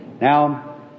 Now